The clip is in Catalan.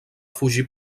fugir